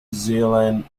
zealand